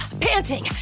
panting